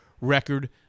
record